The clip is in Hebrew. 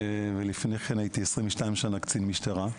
ולפני כן הייתי 22 שנה קצין משטרה.